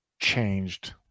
changed